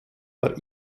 war